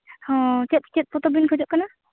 ᱦᱚᱸ ᱪᱮᱫ ᱪᱮᱫ ᱯᱚᱛᱚᱵ ᱵᱤᱱ ᱠᱷᱚᱡᱚᱜ ᱠᱟᱱᱟ